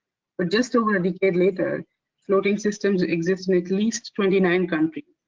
but just over a decade later floating systems exist in at least twenty nine countries,